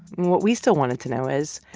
what we still wanted to know is,